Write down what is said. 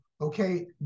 Okay